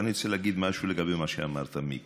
אני רוצה להגיד משהו לגבי מה שאמרת, מיקי.